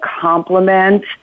complement